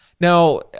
Now